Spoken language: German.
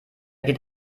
geht